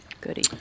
Goody